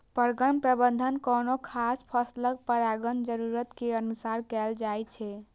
परगण प्रबंधन कोनो खास फसलक परागण जरूरत के अनुसार कैल जाइ छै